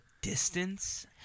distance